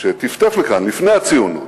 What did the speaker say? שטפטף לכאן לפני הציונות,